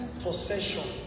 possession